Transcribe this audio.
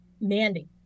Mandy